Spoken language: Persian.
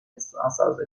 ناسازگار